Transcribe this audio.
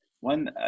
one